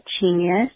genius